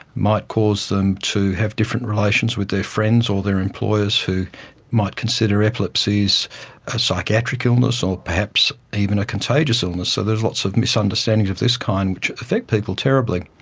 might cause them to have different relations with their friends or their employers who might consider epilepsy as a psychiatric illness or perhaps even a contagious illness, so there's lots of misunderstandings of this kind which affect people terribly.